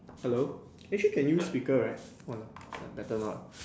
hello actually can use speaker right wa~ better not